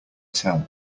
tell